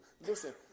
listen